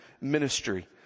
ministry